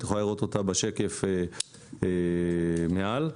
את יכולה לראות אותה בשקף שמעל זה.